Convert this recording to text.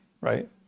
right